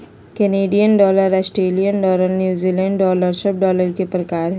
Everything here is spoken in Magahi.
Canadian dollar, Australian dollar, New Zealand dollar सब डॉलर के प्रकार हय